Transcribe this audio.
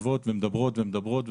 יושבות ומדברות ומדברות,